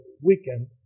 weekend